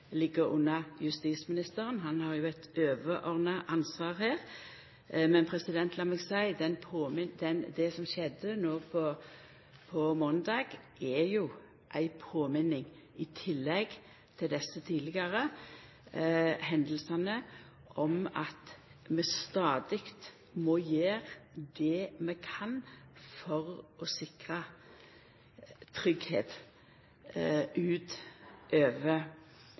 ligg under justisministeren, han har eit overordna ansvar her. Men lat meg seia: Det som skjedde måndag, er i tillegg til dei tidlegare hendingane ei påminning om at vi stadig må gjera det vi kan for å sikra